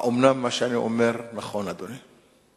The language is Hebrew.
האומנם מה שאני אומר נכון, אדוני?